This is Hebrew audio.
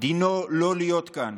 דינו לא להיות כאן.